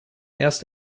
erst